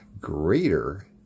greater